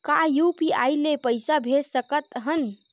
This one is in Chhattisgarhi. का यू.पी.आई ले पईसा भेज सकत हन?